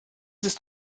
ist